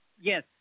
Yes